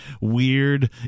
weird